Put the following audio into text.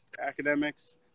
academics